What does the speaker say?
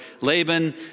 Laban